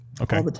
Okay